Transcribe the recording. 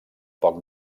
poc